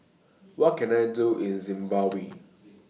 What Can I Do in Zimbabwe